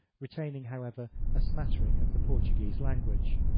retaining however a smattering of the portuguese language.